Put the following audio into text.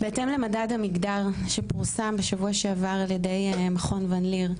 בהתאם למדד המגדר שפורסם בשבוע שעבר על ידי מכון ון ליר,